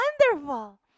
wonderful